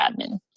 admin